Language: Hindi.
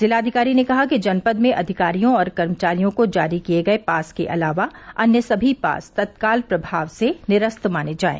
जिलाधिकारी ने कहा कि जनपद में अधिकारियों और कर्मचारियों को जारी किए गए पास के अलावा अन्य सभी पास तत्काल प्रभाव से निरस्त माने जाएं